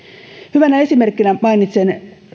hyvänä esimerkkinä mainitsen